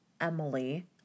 Emily